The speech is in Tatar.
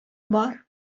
бар